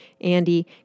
Andy